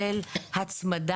אולי קשישים,